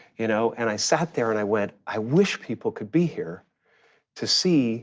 you know, and i sat there and i went, i wish people could be here to see